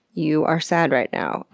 you are sad right now.